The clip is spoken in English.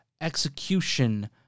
execution